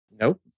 Nope